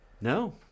No